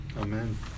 Amen